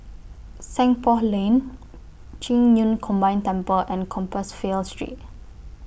Seng Poh Lane Qing Yun Combined Temple and Compassvale Street